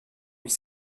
huit